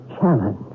challenge